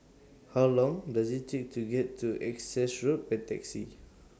How Long Does IT Take to get to Essex Road By Taxi